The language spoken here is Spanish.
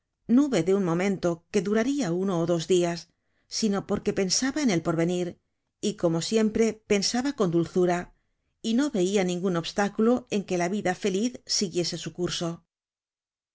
nube de un momento que duraria uno ó dos dias sino porque pensaba en el porvenir y como siempre pensaba con dulzura y no veia ningun obstáculo en que la vida feliz siguiese su curso